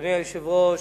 אדוני היושב-ראש,